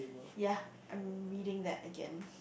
ya I'm reading that again